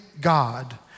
God